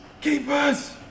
keepers